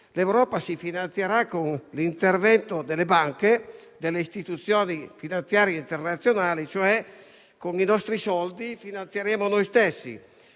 l'Europa si finanzierà con l'intervento delle banche e delle istituzioni finanziarie internazionali, cioè con i nostri soldi finanzieremo noi stessi.